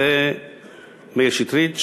זה מאיר שטרית,